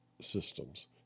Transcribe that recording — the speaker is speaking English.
systems